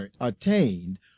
attained